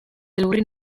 lurrin